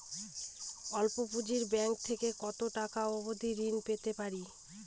স্বল্প পুঁজির ব্যাংক থেকে কত টাকা অবধি ঋণ পেতে পারি?